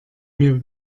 mir